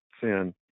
sin